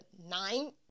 nine